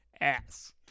Ass